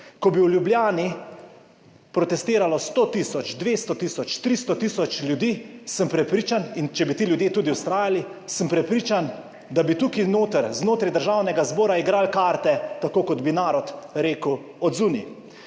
Ko bi v Ljubljani protestiralo 100 tisoč, 200 tisoč, 300 tisoč ljudi, sem prepričan, in če bi ti ljudje tudi vztrajali, sem prepričan, da bi tukaj noter znotraj Državnega zbora igrali karte tako, kot bi narod rekel, od zunaj.